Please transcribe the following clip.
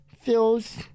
feels